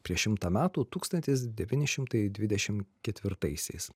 prieš šimtą metų tūkstantis devyni šimtai dvidešim ketvirtaisiais